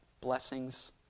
Blessings